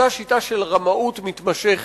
אותה שיטה של רמאות מתמשכת,